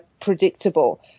predictable